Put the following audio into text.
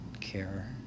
care